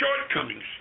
shortcomings